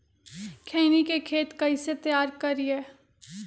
खैनी के खेत कइसे तैयार करिए?